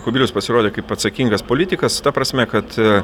kubilius pasirodė kaip atsakingas politikas ta prasme kad